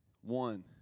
One